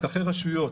פקחי רשויות